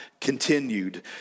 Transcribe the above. continued